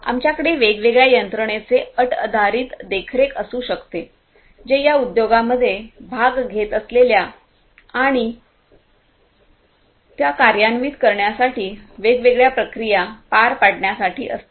आमच्याकडे वेगवेगळ्या यंत्रणेचे अट आधारित देखरेख असू शकते जे या उद्योगांमध्ये भाग घेत असलेल्या आणि त्या कार्यान्वित करण्यासाठी वेगवेगळ्या प्रक्रिया पार पाडण्यासाठी असतात